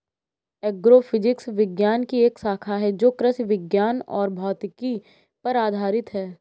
agrophysics विज्ञान की एक शाखा है जो कृषि विज्ञान और भौतिकी पर आधारित है